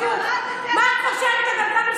של חברי כנסת וזה יתפוצץ לכם בפרצוף.